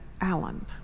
Allen